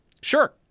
Sure